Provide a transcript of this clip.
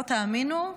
לא תאמינו,